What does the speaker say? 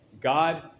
God